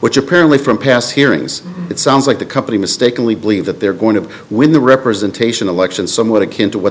which apparently from past hearings it sounds like the company mistakenly believe that they're going to win the representation election somewhat akin to what